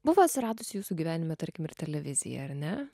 buvo atsiradusi jūsų gyvenime tarkim ir televizija ar ne